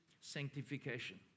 sanctification